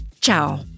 Ciao